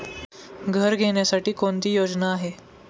घर घेण्यासाठी कोणती योजना आहे?